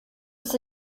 dass